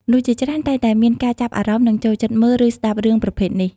មនុស្សជាច្រើនតែងតែមានការចាប់អារម្មណ៍និងចូលចិត្តមើល ឬស្តាប់រឿងប្រភេទនេះ។